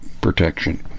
protection